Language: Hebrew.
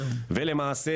ולמעשה